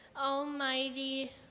Almighty